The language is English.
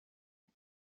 had